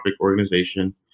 organization